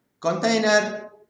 container